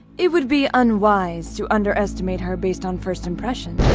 it would be unwise to underestimate her based on first impressions.